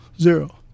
Zero